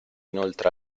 inoltre